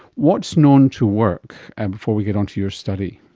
what is known to work? and before we get onto your study.